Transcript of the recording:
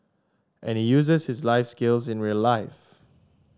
and he uses his life skills in real life